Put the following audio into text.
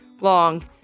long